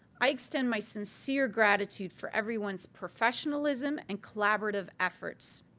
i extend my sincere gratitude for everyone's professionalism and collaborative efforts.